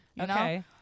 okay